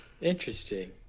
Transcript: Interesting